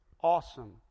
awesome